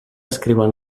escriuen